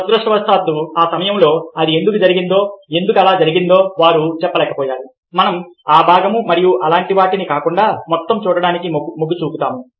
దురదృష్టవశాత్తూ ఆ సమయంలో అది ఎందుకు జరిగిందో ఎందుకు అలా జరిగిందో వారు చెప్పలేకపోయారు మనం ఆ భాగం మరియు అలాంటి వాటిని కాకుండా మొత్తం చూడడానికి మొగ్గు చూపుతాము